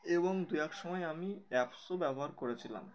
এবং দু এক সময় আমি অ্যাপসও ব্যবহার করেছিলাম